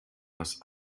das